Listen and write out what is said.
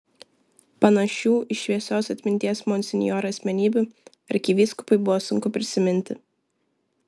panašių į šviesios atminties monsinjorą asmenybių arkivyskupui buvo sunku prisiminti